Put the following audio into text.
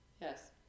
Yes